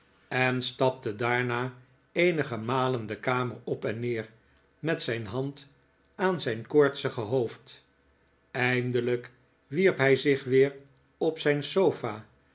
en stapte daarna eenige malen de kamer op en neer met zijn hand aan zijn koortsige hoofd eindelijk wierp hij zich weer op zijn sofa